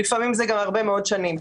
ולפעמים זה גם הרבה מאוד שנים.